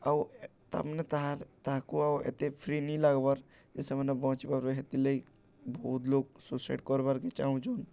ଆଉ ତାମାନେେ ତାର୍ ତାହାକୁ ଆଉ ଏତେ ଫ୍ରି ନେଇ ଲାଗ୍ବାର୍ ଯେ ସେମାନେ ବଞ୍ଚିିପାର୍ବେ ହେଥିର୍ ଲାଗି ବହୁତ୍ ଲୋକ୍ ସୁଇସାଇଡ଼୍ କର୍ବାକେ ଚାହୁଁଚନ୍